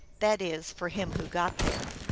that is, for him who got there.